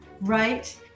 right